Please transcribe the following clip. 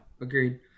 agreed